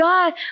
God